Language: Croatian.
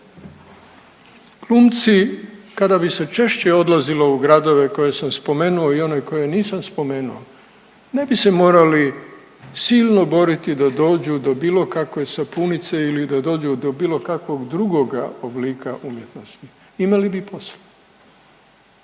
Glumci kada bi se češće odlazilo u gradove koje sam spomenuo i one koje nisam spomenuo ne bi se morali silno boriti da dođu do bilo kakve sapunice ili da dođu do bilo kakvog drugoga oblika umjetnosti, imali bi posla,